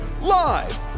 Live